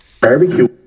Barbecue